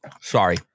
Sorry